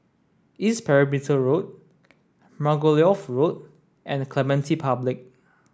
East Perimeter Road Margoliouth Road and Clementi Public